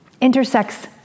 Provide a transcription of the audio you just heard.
intersects